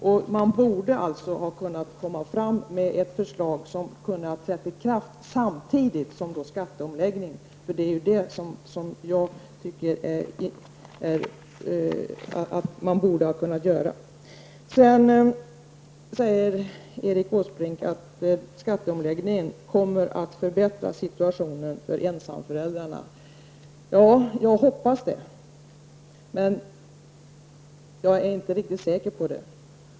Regeringen borde alltså ha kunnat lägga fram ett förslag som skulle ha kunnat träda i kraft samtidigt som skattereomläggningen. Sedan säger Erik Åsbrink att skatteomläggningen kommer att förbättra situationen för ensamföräldrar. Jag hoppas det, men jag är inte riktigt säker på det.